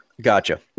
Gotcha